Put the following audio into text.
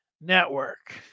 network